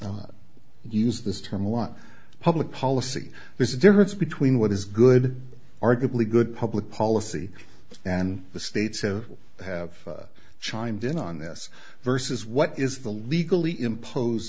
counsel use this term one public policy there's a difference between what is good arguably good public policy and the states have chimed in on this versus what is the legally impose